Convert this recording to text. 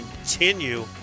continue